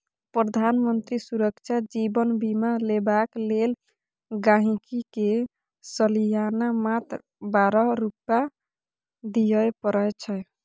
प्रधानमंत्री सुरक्षा जीबन बीमा लेबाक लेल गांहिकी के सलियाना मात्र बारह रुपा दियै परै छै